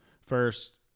first